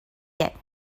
yet